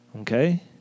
Okay